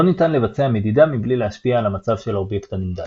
לא ניתן לבצע 'מדידה' מבלי להשפיע על המצב של האובייקט הנמדד.